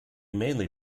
mainly